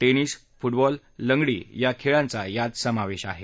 tennis football लंगडी या खेळांचा यात समावेश आहे